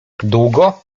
długo